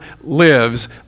lives